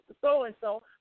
So-and-so